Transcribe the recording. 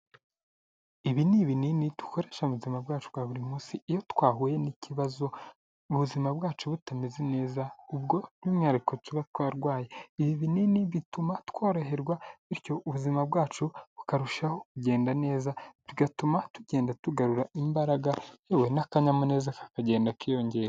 Ibi ni ibininini dukoresha mu buzima bwacu bwa buri munsi iyo twahuye n'ikibazo mu buzima bwacu butameze neza, ubwo nk'umwihariko tuba twarwaye, ibi binini bituma tworoherwa bityo ubuzima bwacu bukarushaho kugenda neza, bigatuma tugenda tugarura imbaraga, yewe n'akanyamuneza kakagenda kiyongera.